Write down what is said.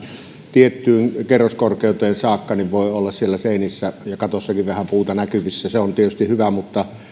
tiettyyn kerroskorkeuteen saakka voi olla seinissä ja katossakin vähän puuta näkyvissä se on tietysti hyvä mutta